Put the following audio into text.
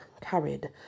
carried